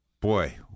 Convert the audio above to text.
boy